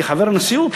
כחבר הנשיאות,